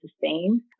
sustain